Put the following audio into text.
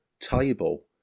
table